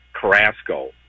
Carrasco